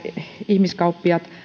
ihmiskauppiaat